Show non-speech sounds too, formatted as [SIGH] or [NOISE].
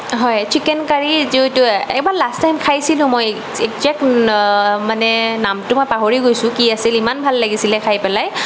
হয় চিকেন কাৰী [UNINTELLIGIBLE] এবাৰ last time খাইছিলোঁ মই এক্জেক্ট মানে নামটো মই পাহৰি গৈছোঁ কি আছিল ইমান ভাল লাগিছিলে খাই পেলাই